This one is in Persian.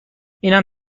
اینم